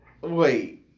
Wait